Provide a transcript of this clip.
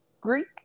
Greek